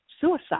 suicide